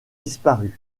disparue